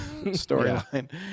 storyline